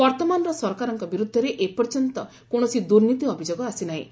ବର୍ତ୍ତମାନର ସରକାରଙ୍କ ବିରୁଦ୍ଧରେ ଏପର୍ଯ୍ୟନ୍ତ କୌଣସି ଦୂର୍ନୀତି ଅଭିଯୋଗ ଆସିନାହିଁ